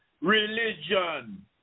religion